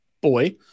boy